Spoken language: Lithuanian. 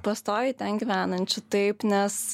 pastoviai ten gyvenančių taip nes